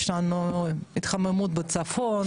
יש לנו התחממות בצפון,